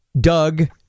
Doug